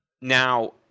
Now